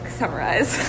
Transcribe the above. summarize